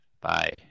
Bye